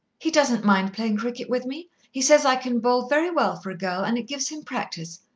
he doesn't mind playing cricket with me he says i can bowl very well for a girl, and it gives him practice.